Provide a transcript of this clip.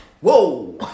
Whoa